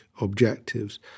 objectives